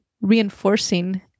reinforcing